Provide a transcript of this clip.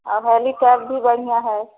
और हेलीकैल भी बढ़िया है